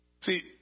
See